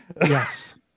yes